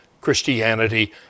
Christianity